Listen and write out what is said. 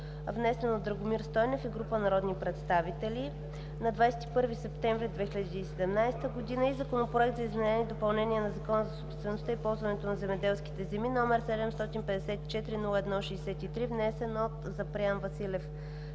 внесен от Драгомир Велков Стойнев и група народни представители на 21 септември 2017 г. и Законопроект за изменение и допълнение на Закона за собствеността и ползването на земеделските земи № 754-01-63, внесен от Запрян Василев